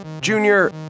Junior